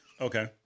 Okay